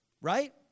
Right